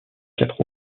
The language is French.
quatre